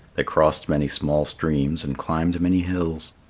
they crossed many small streams and climbed many hills.